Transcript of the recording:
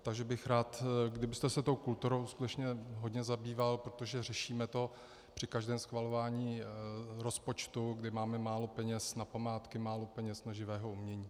Takže bych rád, kdybyste se tou kulturou skutečně hodně zabýval, protože to řešíme při každém schvalování rozpočtu, kdy máme málo peněz na památky, málo peněz na živé umění.